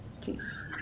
please